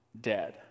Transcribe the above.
dead